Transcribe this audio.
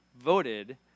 voted